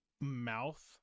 mouth